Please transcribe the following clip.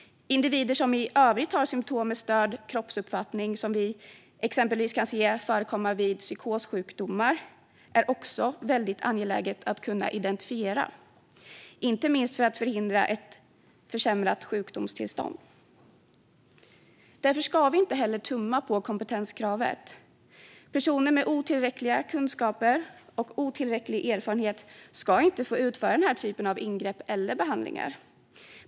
Individer som i övrigt har symtom med störd kroppsuppfattning, som exempelvis kan förekomma vid psykossjukdomar, är också väldigt angeläget att kunna identifiera, inte minst för att förhindra ett försämrat sjukdomstillstånd. Därför ska vi inte tumma på kompetenskravet. Personer med otillräckliga kunskaper och otillräcklig erfarenhet ska inte få utföra den här typen av ingrepp eller behandlingar.